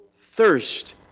thirst